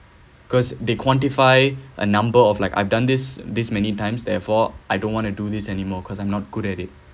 cause they quantify a number of like I've done this this many times therefore I don't want to do this anymore because I'm not good at it